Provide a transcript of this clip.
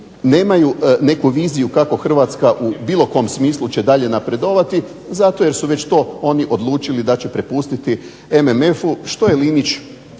nemaju neku viziju kako Hrvatska u bilo kom smislu će dalje napredovati zato jer su već to oni odlučili da će prepustiti MMF-u, što je Linić